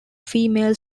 female